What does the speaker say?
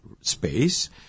space